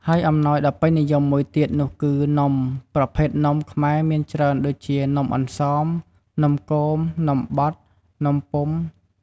ហើយអំណោយដ៏ពេញនិយមមួយទៀតនោះគឹនំ ប្រភេទនំខ្មែរមានច្រើនដូចជានំអន្សម នំគម នំបត់ នំពុម្ភ